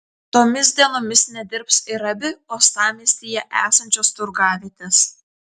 tomis dienomis nedirbs ir abi uostamiestyje esančios turgavietės